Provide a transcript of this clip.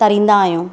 तरींदा आहियूं